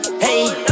hey